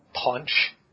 punch